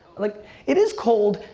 like it is cold,